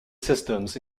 systems